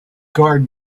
guard